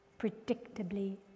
predictably